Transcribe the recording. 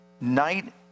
night